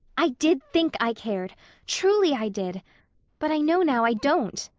i did think i cared truly i did but i know now i don't.